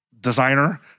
designer